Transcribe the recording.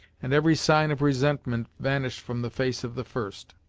and every sign of resentment vanished from the face of the first.